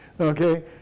Okay